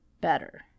better